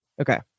okay